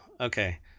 Okay